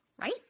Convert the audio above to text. Right